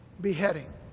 Beheading